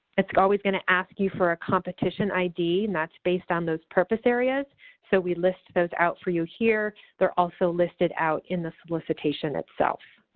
it's always going to ask you for a competition id and that's based on those purpose areas so we list those out for you here. they're also listed out in the solicitation itself.